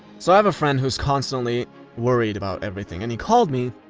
so i have a friend who's constantly worried about everything. and he called me,